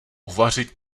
uvařit